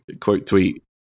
Quote-tweet